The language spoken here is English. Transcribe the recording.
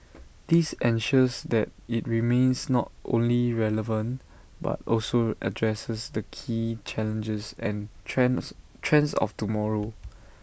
this ensures that IT remains not only relevant but also addresses the key challenges and trends trends of tomorrow